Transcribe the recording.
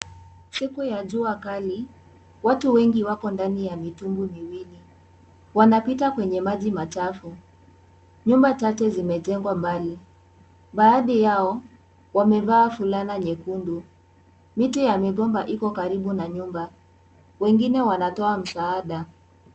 Siku ya jua kali. Watu wengi wako ndani ya vitumbwi viwili. Wanapita kwenye maji machafu. Nyumba chache zimejengwa mbali. Baadhi yao wamevaa fulana nyekundu. Miti ya migomba iko karibu na nyumba. Wengine wanatoa msaada.